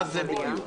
מה זה בדיוק?